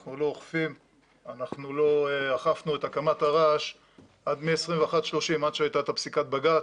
אנחנו לא אכפנו את הקמת הרעש מ-21:30 עד שהייתה את פסיקת בג"צ.